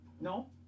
No